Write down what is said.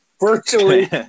Virtually